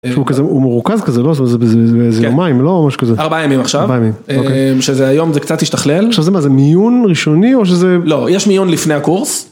‫הוא מורכז כזה, לא? ‫באיזה יומיים, לא או משהו כזה? ‫-ארבעה ימים עכשיו. ‫-ארבעה ימים, אוקיי. ‫שזה היום זה קצת השתכלל. ‫-עכשיו זה מה, זה מיון ראשוני או שזה... ‫לא, יש מיון לפני הקורס.